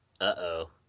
Uh-oh